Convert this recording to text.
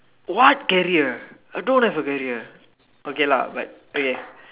what career I don't have a career